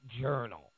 Journal